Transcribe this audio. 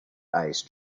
ice